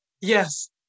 Yes